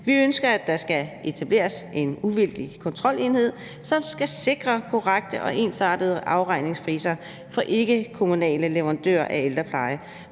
Vi ønsker, at der skal etableres en uvildig kontrolenhed, som skal sikre korrekte og ensartede afregningspriser for ikkekommunale leverandører af ældrepleje.